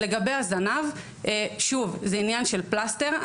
לגבי הזנב, שוב, זה עניין של פלסטר.